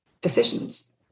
decisions